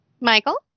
Michael